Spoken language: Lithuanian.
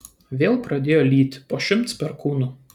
vėl pradėjo lyti po šimts perkūnų